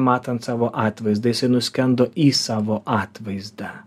matant savo atvaizdą jisai nuskendo į savo atvaizdą